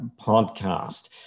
podcast